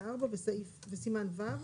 84 וסימן ו',